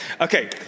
Okay